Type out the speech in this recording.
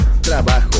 trabajo